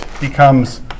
becomes